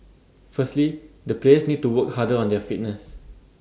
firstly the players need to work harder on their fitness